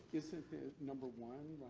isn't it number one